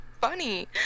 funny